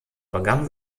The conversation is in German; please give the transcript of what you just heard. begann